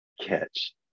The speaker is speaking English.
Catch